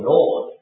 Lord